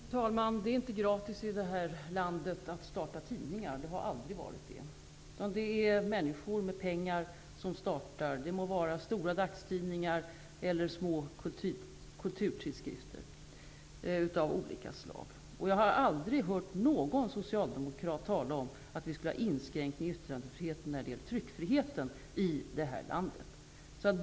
Fru talman! Det är inte gratis att starta tidningar i det här landet, och det har aldrig varit det. Det är människor med pengar som startar tidningar, oavsett om det är stora dagstidningar eller små kulturtidskrifter av olika slag. Jag har aldrig hört någon socialdemokrat tala om att vi skulle ha inskränkningar i yttrandefriheten när det gäller tryckfriheten i det här landet.